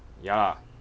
ya lah